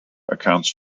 accounts